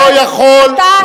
אתה יותר קואליציה מאופוזיציה.